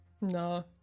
No